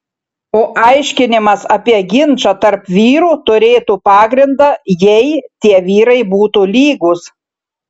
o aiškinimas apie ginčą tarp vyrų turėtų pagrindą jei tie vyrai būtų lygūs